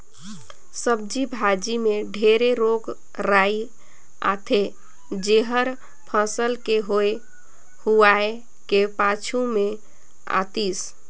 सब्जी भाजी मे ढेरे रोग राई आथे जेहर फसल के होए हुवाए के पाछू मे आतिस